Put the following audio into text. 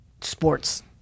sports